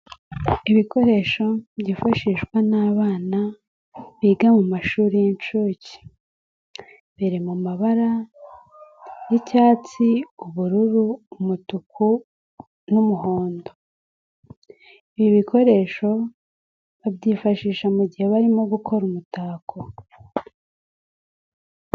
Ibikoresho byifashishwa n'abana biga mu mashuri y'inshuke, biri mu mabara y'icyatsi, ubururu, umutuku n'umuhondo, ibi bikoresho babyifashisha mu gihe barimo gukora umutako.